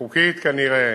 חוקית כנראה,